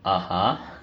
(uh huh)